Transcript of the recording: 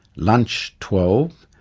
lunch twelve.